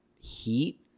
heat